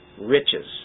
riches